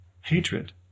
hatred